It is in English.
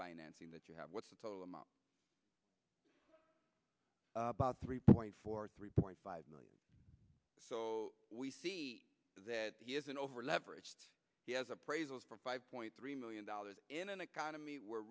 financing that you have what's the total amount about three point four three point five million so we see that as an over leverage he has appraisals for five point three million dollars in an economy where